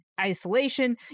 isolation